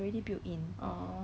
selling at value shop